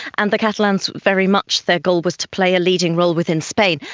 and the catalans, very much their goal was to play a leading role within spain.